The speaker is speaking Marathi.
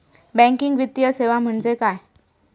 बँकिंग वित्तीय सेवा म्हणजे काय?